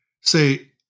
say